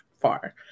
far